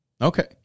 Okay